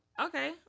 Okay